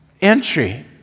entry